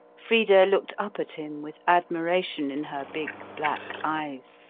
frida looked up at him with admiration in her big black eyes.